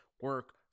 Work